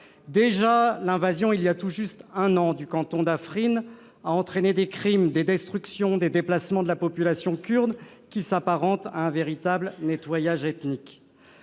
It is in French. d'Afrine, il y a tout juste un an, a déjà entraîné des crimes, des destructions et des déplacements de la population kurde qui s'apparentent à un véritable nettoyage ethnique.